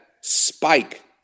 spike